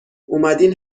اومدین